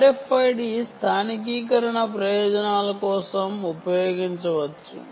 RFID స్థానికీకరణ ప్రయోజనాల కోసం ఉపయోగించవచ్చు